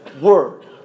word